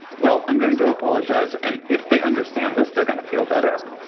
well, i'm going to apologize. and if they understand this, they're going to feel better.